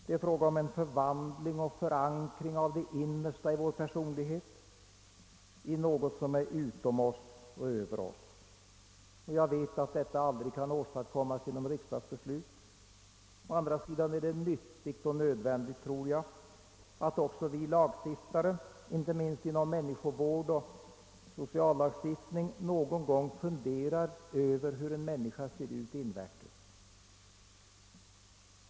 Det är fråga om en förvandling och förankring av det innersta i vår personlighet i något som finns utom och över oss. Jag vet att detta aldrig kan åstadkommas genom riksdagsbeslut. Å andra sidan tror jag det är nyttigt och nödvändigt att också vi lagstiftare — inte minst i frågor som rör människovård och sociallagstiftning — någon gång funderar över hur en människa ser ut invärtes.